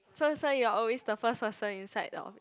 so so you are always the first person inside the office